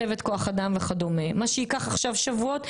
מצבת כוח אדם וכד' מה שייקח עכשיו שבועות,